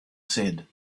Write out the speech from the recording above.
said